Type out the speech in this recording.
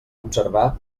observar